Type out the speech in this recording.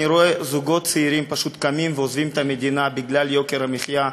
אני רואה זוגות צעירים פשוט קמים ועוזבים את המדינה בגלל יוקר המחיה,